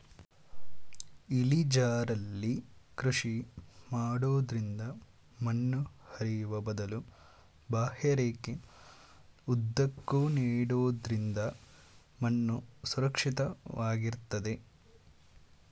ಇಳಿಜಾರಲ್ಲಿ ಕೃಷಿ ಮಾಡೋದ್ರಿಂದ ಮಣ್ಣು ಹರಿಯುವ ಬದಲು ಬಾಹ್ಯರೇಖೆ ಉದ್ದಕ್ಕೂ ನೆಡೋದ್ರಿಂದ ಮಣ್ಣು ಸುರಕ್ಷಿತ ವಾಗಿರ್ತದೆ